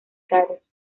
caros